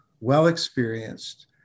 well-experienced